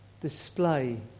display